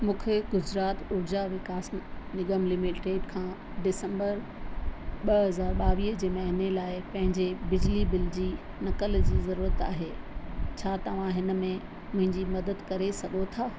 मूंखे गुजरात ऊर्जा विकास निगम लिमिटेड खां डिसंबर ॿ हज़ार ॿावीह जे महीने लाइ पंहिंजे बिजली बिल जी नक़ल जी ज़रूरत आहे छा तव्हां हिन में मुंहिंजी मदद करे सघो था